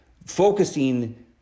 focusing